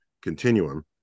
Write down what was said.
continuum